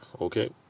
Okay